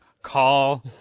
Call